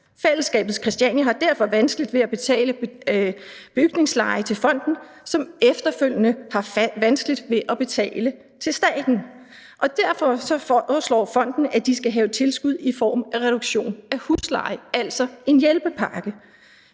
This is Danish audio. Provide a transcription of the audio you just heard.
Fælleskabet Christiania har derfor vanskeligt ved at betale bygningsleje til fonden, som efterfølgende har vanskeligt ved at betale leje til staten.« Derfor foreslår fonden, at de skal have tilskud i form af reduktion af husleje, altså en hjælpepakke.